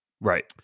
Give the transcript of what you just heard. Right